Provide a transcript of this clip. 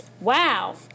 Wow